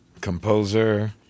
composer